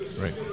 Right